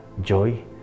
joy